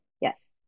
yes